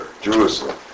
Jerusalem